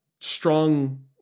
strong